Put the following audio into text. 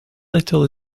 little